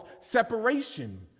separation